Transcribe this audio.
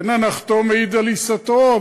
אין הנחתום מעיד על עיסתו,